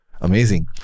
amazing